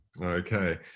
Okay